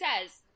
says